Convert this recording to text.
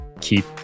keep